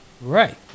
Right